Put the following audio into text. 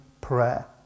prayer